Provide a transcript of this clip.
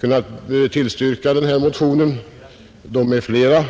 kunnat tillstyrka denna motion är flera.